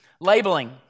Labeling